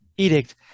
edict